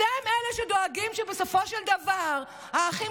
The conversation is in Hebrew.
אתם אלה שדואגים שבסופו של דבר האחים